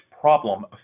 problem